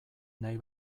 nahi